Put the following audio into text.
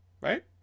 Right